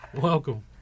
Welcome